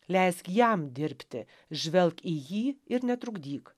leisk jam dirbti žvelk į jį ir netrukdyk